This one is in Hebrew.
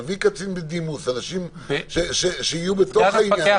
נביא קצין בדימוס, אנשים שיהיו בתוך העניין הזה.